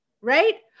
right